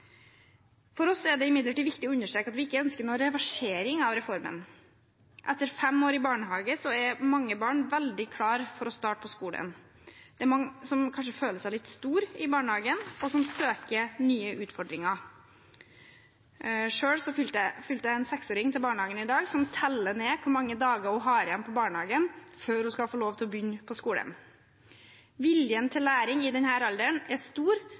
For oss er det imidlertid viktig å understreke at vi ikke ønsker noen reversering av reformen. Etter fem år i barnehage er mange barn veldig klare for å starte på skolen. Det er mange som kanskje føler seg litt store i barnehagen, og som søker nye utfordringer. Selv fulgte jeg en seksåring til barnehagen i dag. Hun teller ned hvor mange dager hun har igjen i barnehagen før hun skal få lov til å begynne på skolen. Viljen til læring i denne alderen er stor,